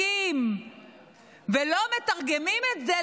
ולא מתרגמים את זה,